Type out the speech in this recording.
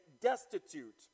destitute